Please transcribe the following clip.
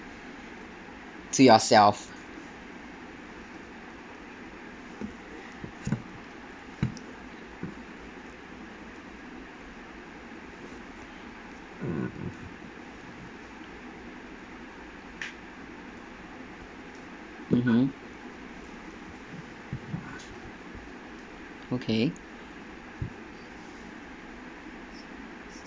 to yourself mmhmm okay